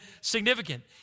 significant